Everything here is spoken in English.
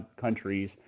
countries